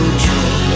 dream